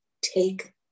take